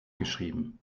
geschrieben